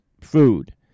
food